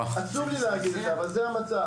עצוב לי להגיד את זה אבל זה המצב,